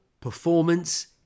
performance